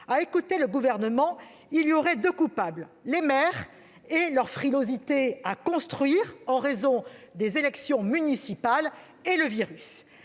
À écouter le Gouvernement, il y aurait deux coupables : les maires, frileux pour construire en raison des élections municipales, et le virus.